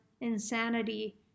insanity